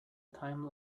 time